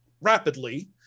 rapidly